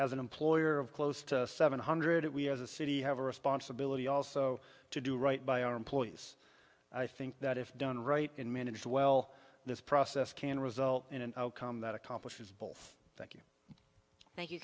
as an employer of close to seven hundred we as a city have a responsibility also to do right by our employees i think that if done right and managed well this process can result in an outcome that accomplishes both thank you